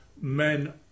men